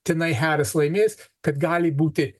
tenai haris laimės kad gali būti